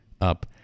up